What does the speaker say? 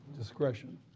discretion